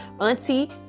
auntie